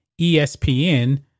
ESPN